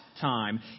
time